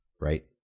right